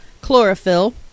chlorophyll